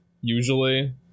usually